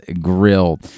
Grill